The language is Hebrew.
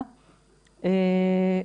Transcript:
אנשים.